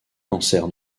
cancers